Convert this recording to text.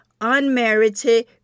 unmerited